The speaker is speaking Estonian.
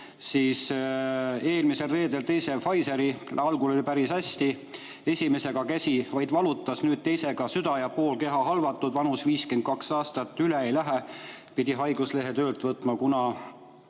sai eelmisel reedel teise Pfizeri süsti, algul oli päris hästi, esimesega käsi vaid valutas, nüüd pärast teist süda ja pool keha halvatud, vanus on 52 aastat, üle ei lähe, pidi haiguslehe võtma, kuna